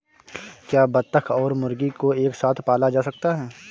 क्या बत्तख और मुर्गी को एक साथ पाला जा सकता है?